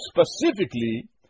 specifically